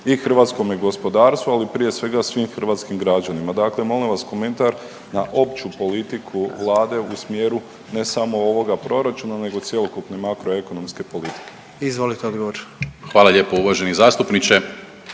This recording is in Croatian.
i hrvatskome gospodarstvu, ali prije svega svim hrvatskim građanima. Dakle, molim vas komentar na opću politiku vlade u smjeru ne samo ovoga proračuna nego cjelokupne makroekonomske politike. **Jandroković, Gordan (HDZ)**